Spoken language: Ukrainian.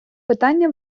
питання